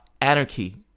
anarchy